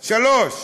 שלישית: